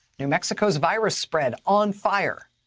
new mexico's virus spread on fire.